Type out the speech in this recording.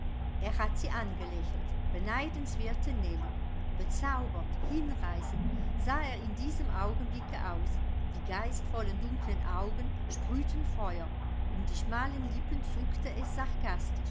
er hat sie angelächelt beneidenswerte nellie bezaubernd hinreißend sah er in diesem augenblicke aus die geistvollen dunklen augen sprühten feuer um die schmalen lippen zuckte es